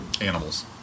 Animals